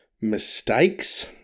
mistakes